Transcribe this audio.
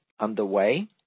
underway